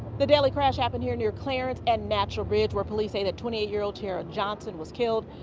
the deadly crash happened here near clarence and natural bridge where police say the twenty eight year-old here ah johnson was killed.